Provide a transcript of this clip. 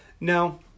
No